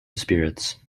spirits